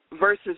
versus